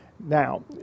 Now